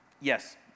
Yes